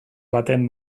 baten